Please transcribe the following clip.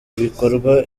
mubikorwa